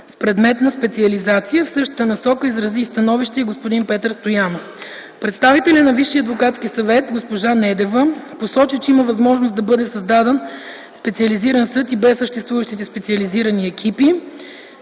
с предметна специализация. В същата насока становище изрази и господин Петър Стоянов. Представителят на Висшия адвокатски съвет госпожа Недева посочи, че има възможност да бъде създаден специализиран съд и без съществуващите специализирани екипи.